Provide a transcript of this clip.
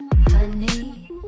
honey